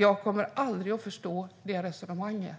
Jag kommer aldrig att förstå det resonemanget,